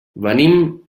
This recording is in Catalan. venim